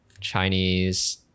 Chinese